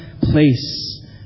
place